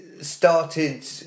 started